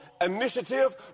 initiative